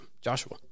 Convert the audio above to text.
Joshua